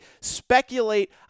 speculate